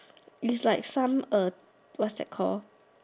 is like some uh what's that call